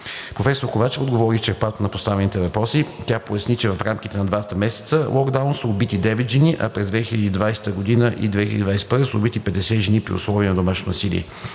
Професор Ковачева отговори изчерпателно на поставените въпроси. Тя поясни, че в рамките на двата месеца локдаун са убити 9 жени, а през 2020 г. и 2021 г. са убити 50 жени при условия на домашно насилие.